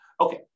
Okay